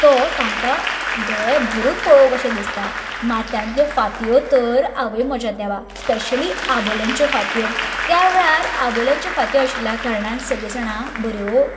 तो तांकां दोळे भरून पळोवंक कशें दिसता माथ्यांतल्यो फातयो तर आवय म्हज्या देवा स्पेशली आबोंल्यांच्यो फातयो त्या वेळार आबोंल्यांच्यो फातयो आशिल्ल्या कारणान सगळी जाणां बऱ्यो